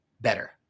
better